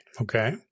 Okay